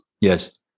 Yes